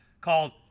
called